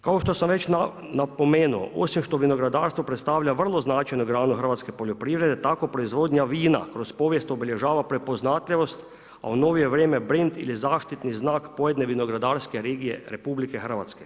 Kao što sam već napomenuo, osim što vinogradarstvo predstavlja vrlo značajnu granu hrvatske poljoprivrede, tako proizvodnja vina kroz povijest obilježava prepoznatljivost, a u novije vrijeme brend ili zaštitni znak pojedine vinogradarske regije RH.